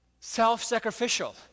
self-sacrificial